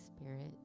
Spirit